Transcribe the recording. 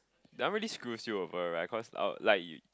that one really screws you over right cause our like